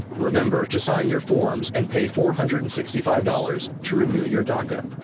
remember to sign your forms and pay four hundred and sixty five dollars to renew your daca.